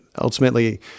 ultimately